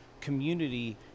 community